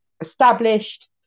established